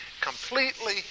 completely